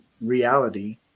reality